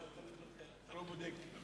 אתה לא זוכר, אתה לא בודק.